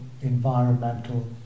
environmental